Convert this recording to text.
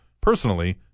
Personally